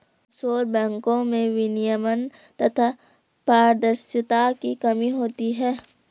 offshore बैंको में विनियमन तथा पारदर्शिता की कमी होती है